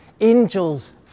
Angels